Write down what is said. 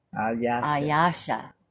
Ayasha